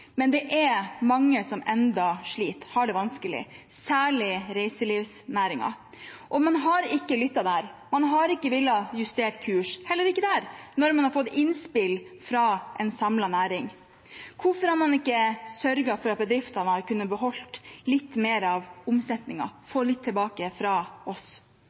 Men det er mange som enda sliter og har det vanskelig, særlig reiselivsnæringen. Man har ikke lyttet. Man har ikke villet justert kursen, heller ikke når man har fått innspill fra en samlet næring. Hvorfor har man ikke sørget for at bedriftene har kunnet beholde litt mer av omsetningen, få litt tilbake fra oss?